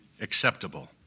acceptable